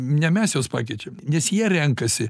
ne mes juos pakeičiam nes jie renkasi